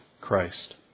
Christ